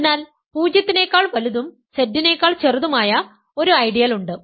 അതിനാൽ 0 നെക്കാൾ വലുതും Z നെക്കാൾ ചെറുതുമായ ഒരു ഐഡിയൽ ഉണ്ട്